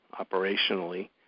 operationally